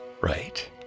right